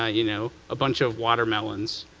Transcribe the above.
ah you know, a bunch of watermelons.